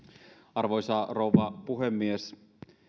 arvoisa rouva puhemies